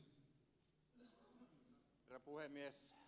herra puhemies